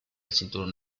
cinturón